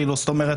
זאת אומרת,